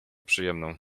przyjemną